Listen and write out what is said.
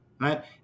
right